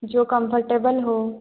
जो कम्फ़र्टेबल हो